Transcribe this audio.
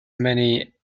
many